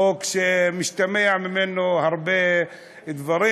חוק שמשתמעים ממנו הרבה דברים,